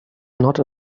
not